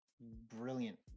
brilliant